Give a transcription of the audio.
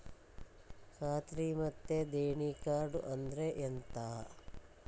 ಖಾತ್ರಿ ಮತ್ತೆ ದೇಣಿ ಕಾರ್ಡ್ ಅಂದ್ರೆ ಎಂತ?